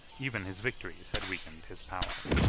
even his victories had weakened his power.